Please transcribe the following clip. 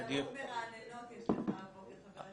הגדרות מרעננות יש לך הבוקר.